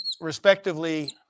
respectively